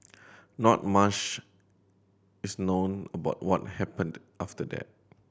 not mush is known about what happened after that